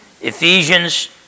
Ephesians